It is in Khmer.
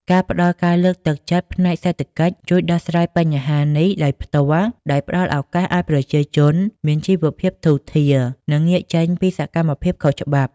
ការផ្តល់ការលើកទឹកចិត្តផ្នែកសេដ្ឋកិច្ច ជួយដោះស្រាយបញ្ហានេះដោយផ្ទាល់ ដោយផ្តល់ឱកាសឱ្យប្រជាជនមានជីវភាពធូរធារ និងងាកចេញពីសកម្មភាពខុសច្បាប់។